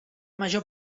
major